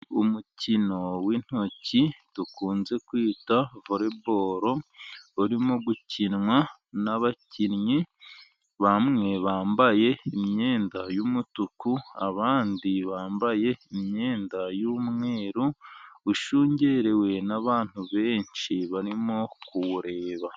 Umukino w'intoki dukunze kwita vorebo, urimo gukinwa n'abakinnyi bamwe bambaye imyenda y'umutuku, abandi bambaye imyenda y'umweru, ushungerewe n'abantu benshi barimo kuwureba.